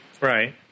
Right